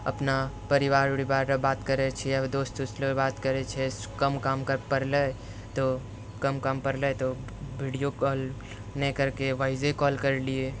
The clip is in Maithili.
अपना परिवार ओरिवारमे बात करै छियै दोस्त उस्त लअ बात करै छियै कम काम पड़लै तऽ कम काम पड़लै तऽ वीडियो कॉल नहि करके वॉइसे कॉल करलियै